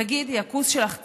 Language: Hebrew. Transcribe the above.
"תגידי, הכוס שלך צר?"